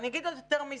אני אגיד עוד יותר מזה: